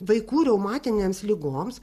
vaikų reumatinėms ligoms